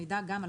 לא,